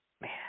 man